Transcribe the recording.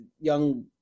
young